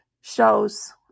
shows